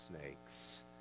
snakes